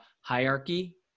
hierarchy